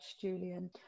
Julian